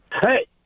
Hey